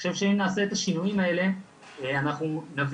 אני חושב שאם נעשה את השינויים האלה אנחנו נביא